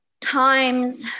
times